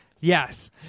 Yes